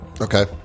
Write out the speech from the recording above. Okay